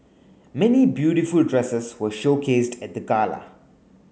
many beautiful dresses were showcased at the gala